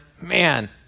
man